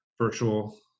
virtual